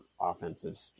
offensive